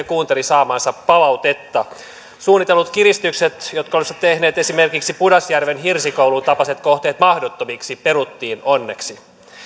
kuunteli saamaansa palautetta suunnitellut kiristykset jotka olisivat tehneet esimerkiksi pudasjärven hirsikoulun tapaiset kohteet mahdottomiksi peruttiin onneksi